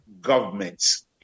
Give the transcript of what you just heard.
governments